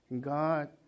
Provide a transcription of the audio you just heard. God